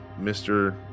mr